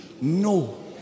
no